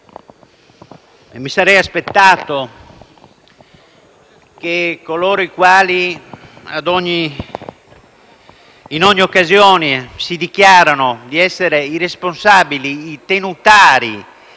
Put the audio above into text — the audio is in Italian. mi sarei aspettato che coloro i quali in ogni occasione dichiarano di essere i responsabili, i tenutari